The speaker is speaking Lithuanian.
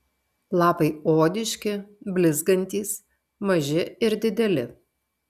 lapai odiški blizgantys maži ir dideli